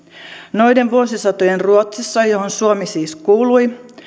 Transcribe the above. noiden vuosisatojen ruotsissa johon suomi siis kuului